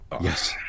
yes